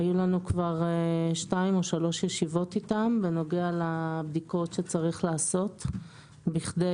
היו לנו כבר 2-3 ישיבות איתם בנוגע לבדיקות שצריך לעשות כדי